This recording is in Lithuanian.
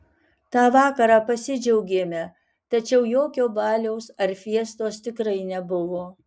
tą vakarą pasidžiaugėme tačiau jokio baliaus ar fiestos tikrai nebuvo